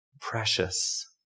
precious